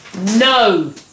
No